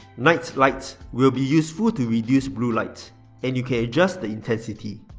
night light will be useful to reduce blue light and you can adjust the intensity.